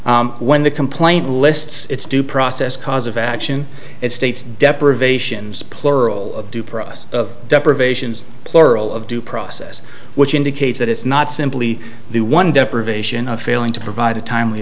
when the complaint lists its due process cause of action it states deprivations plural of due process of deprivations plural of due process which indicates that it's not simply the one deprivation of failing to provide a timely